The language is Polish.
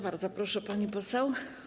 Bardzo proszę, pani poseł.